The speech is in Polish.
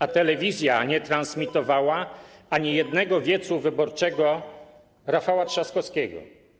A telewizja nie transmitowała ani jednego wiecu wyborczego Rafała Trzaskowskiego.